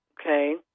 Okay